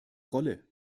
rolle